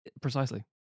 Precisely